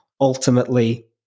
ultimately